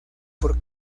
por